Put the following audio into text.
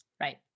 right